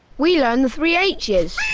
we learn the three h's